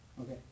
Okay